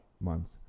Months